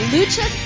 Lucha